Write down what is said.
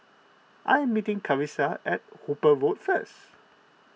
I am meeting Carisa at Hooper Road first